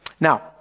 Now